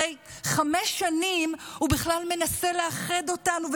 הרי חמש שנים הוא בכלל מנסה לאחד אותנו,